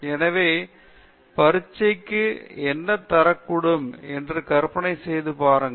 எனவே பரீட்சைக்கு என்ன தரக்கூடும் என்று கற்பனை செய்து பாருங்கள்